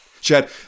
Chad